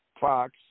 Fox